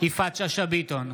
יפעת שאשא ביטון,